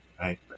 right